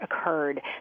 occurred